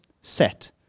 set